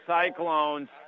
Cyclones